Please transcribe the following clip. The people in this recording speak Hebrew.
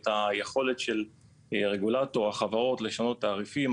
את היכולת של רגולטור החברות לשנות תעריפים.